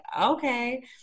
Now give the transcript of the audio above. okay